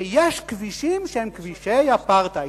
שם יש כבישים שהם כבישי אפרטהייד,